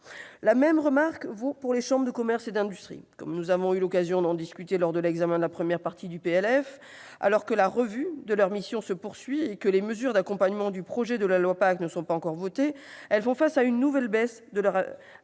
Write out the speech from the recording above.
La même remarque vaut pour les chambres de commerce et d'industrie. Comme nous avons déjà eu l'occasion de le signaler lors de l'examen de la première partie, alors que la revue de leurs missions se poursuit et que les mesures d'accompagnement du projet de loi PACTE ne sont pas encore votées, les CCI font face à une nouvelle baisse de leur